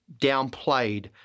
downplayed